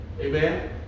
Amen